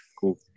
Cool